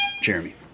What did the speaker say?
Jeremy